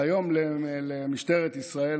והיום למשטרת ישראל,